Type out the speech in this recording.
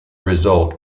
result